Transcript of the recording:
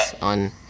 on